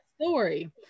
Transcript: story